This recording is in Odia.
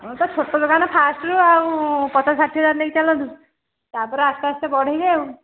ହଁ ତ ଛୋଟ ଦୋକାନ ଫାଷ୍ଟ୍ରୁ ଆଉ ପଚାଶ ଷାଠିଏ ହଜାର ନେଇକି ଚାଲନ୍ତୁ ତା'ପରେ ଆସ୍ତେ ଆସ୍ତେ ବଢ଼େଇବେ ଆଉ